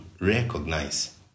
recognize